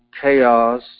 chaos